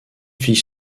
fille